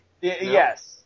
Yes